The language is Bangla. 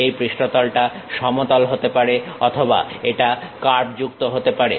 এই পৃষ্ঠতলটা সমতল হতে পারে অথবা এটা কার্ভযুক্ত হতে পারে